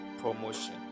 promotion